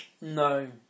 no